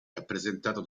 rappresentato